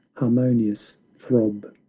harmonious throb!